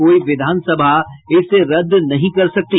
कोई विधानसभा इसे रद्द नहीं कर सकती